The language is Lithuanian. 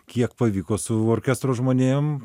kiek pavyko su orkestro žmonėm